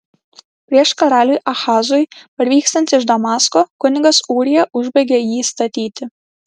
prieš karaliui ahazui parvykstant iš damasko kunigas ūrija užbaigė jį statyti